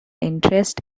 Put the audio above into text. interest